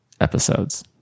episodes